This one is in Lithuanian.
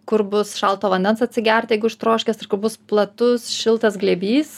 kur bus šalto vandens atsigert jeigu ištroškęs ir kur bus platus šiltas glėbys